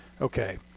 Okay